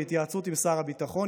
בהתייעצות עם שר הביטחון,